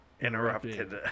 interrupted